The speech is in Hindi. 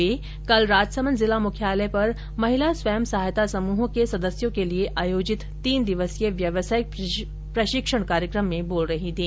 वे कल राजसमन्द जिला मुख्यालय महिला स्वयं सहायता समूहों के सदस्यों के लिए आयोजित तीन दिवसीय व्यावसायिक प्रशिक्षण कार्यक्रम में बोल रही थी